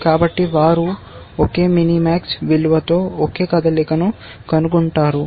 కాబట్టి వారు ఒకే మినీ మాక్స్ విలువతో ఒకే కదలికను కనుగొంటారు